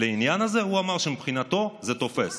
לעניין הזה הוא אמר שמבחינתו זה תופס.